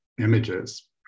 images